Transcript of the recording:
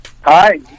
Hi